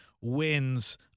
wins